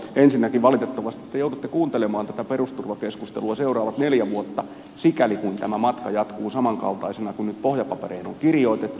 ensinnäkin valitettavasti te joudutte kuuntelemaan tätä perusturvakeskustelua seuraavat neljä vuotta sikäli kuin tämä matka jatkuu samankaltaisena kuin nyt pohjapapereihin on kirjoitettu